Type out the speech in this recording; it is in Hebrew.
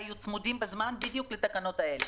תהיינה צמודות בזמן בדיוק לתקנות האלה.